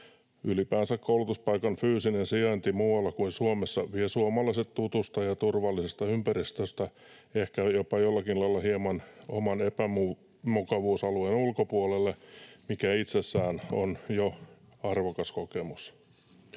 Ylipäänsä koulutuspaikan fyysinen sijainti muualla kuin Suomessa vie suomalaiset tutusta ja turvallisesta ympäristöstä ehkä jollakin lailla hieman jopa oman epämukavuusalueen ulkopuolelle, mikä itsessään on jo arvokas kokemus.